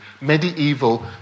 medieval